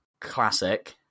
classic